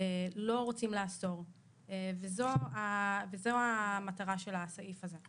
לא רוצים לאסור וזו המטרה של הסעיף הזה.